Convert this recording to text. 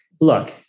Look